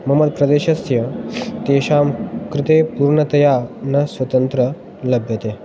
मम प्रदेशस्य तेषां कृते पूर्णतया न स्वतन्त्रः लभ्यते